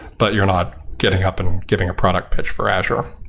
but you're not getting up and getting a product pitch for azure.